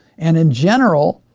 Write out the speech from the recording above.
and in general,